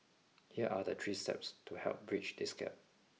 here are the three steps to help bridge this gap